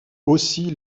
aussi